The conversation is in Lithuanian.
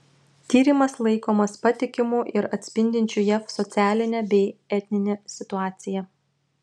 tyrimas laikomas patikimu ir atspindinčiu jav socialinę bei etninę situaciją